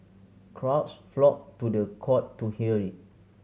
crowds flocked to the court to hear it